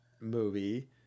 movie